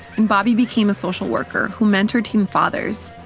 and bobby became a social worker who mentored teen fathers.